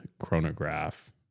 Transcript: chronograph